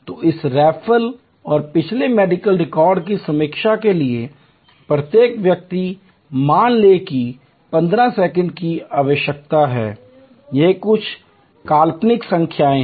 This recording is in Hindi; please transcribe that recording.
तो इस रेफरल और पिछले मेडिकल रिकॉर्ड की समीक्षा के लिए प्रत्येक व्यक्ति मान लें कि 15 सेकंड की आवश्यकता है ये कुछ काल्पनिक संख्याएं हैं